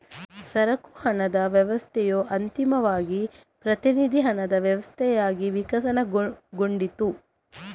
ಸರಕು ಹಣದ ವ್ಯವಸ್ಥೆಯು ಅಂತಿಮವಾಗಿ ಪ್ರತಿನಿಧಿ ಹಣದ ವ್ಯವಸ್ಥೆಯಾಗಿ ವಿಕಸನಗೊಂಡಿತು